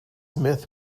myth